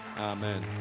Amen